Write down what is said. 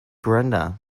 brenda